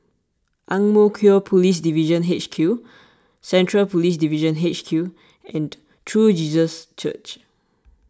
Ang Mo Kio Police Divisional H Q Central Police Division H Q and True Jesus Church